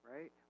right